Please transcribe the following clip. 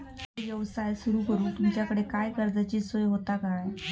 खयचो यवसाय सुरू करूक तुमच्याकडे काय कर्जाची सोय होता काय?